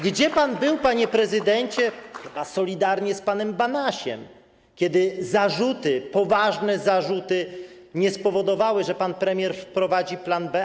Gdzie pan był, panie prezydencie, chyba solidarnie z panem Banasiem, kiedy zarzuty, poważne zarzuty nie spowodowały, że pan premier wprowadził plan B?